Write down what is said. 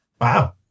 Wow